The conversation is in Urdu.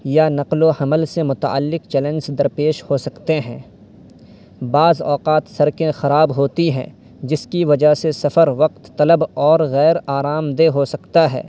یا نقل و حمل سے متعلق چلینس درپیش ہو سکتے ہیں بعض اوقات سڑکیں خراب ہوتی ہیں جس کی وجہ سے سفر وقت طلب اور غیر آرام دہ ہو سکتا ہے